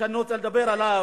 אתם גם נותנים להם לבוא להשתתף